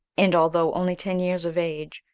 and although only ten years of age,